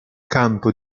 campo